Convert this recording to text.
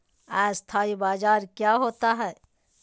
अस्थानी बाजार क्या होता है?